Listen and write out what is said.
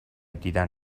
دیدن